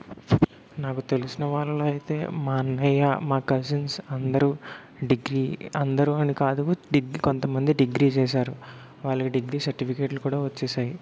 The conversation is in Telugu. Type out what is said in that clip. నాకు తెలిసిన వాళ్ళైతే మా అన్నయ్య మా కజిన్స్ అందరూ డిగ్రీ అందరూ అని కాదు డిగ్ కొంతమంది డిగ్రీ చేశారు వాళ్ళకి డిగ్రీ సర్టిఫికేట్లు కూడా వచ్చేసాయి